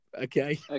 okay